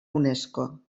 unesco